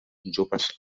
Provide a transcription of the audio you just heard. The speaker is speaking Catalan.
joves